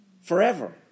forever